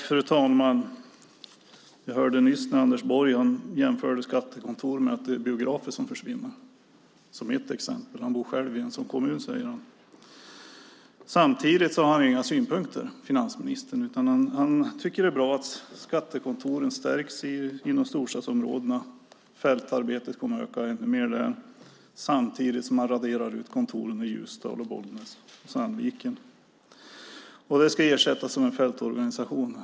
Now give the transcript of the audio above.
Fru talman! Vi hörde nyss Anders Borg jämföra skattekontor med biografer som försvinner som ett exempel. Han bor själv i en sådan kommun, säger han. Samtidigt har inte finansministern några synpunkter, utan han tycker att det är bra att skattekontoren stärks inom storstadsområdena. Fältarbetet kommer att öka ännu mer. Samtidigt raderar man ut kontoren i Ljusdal, Bollnäs och Sandviken. Detta ska ersättas av en fältorganisation.